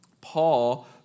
Paul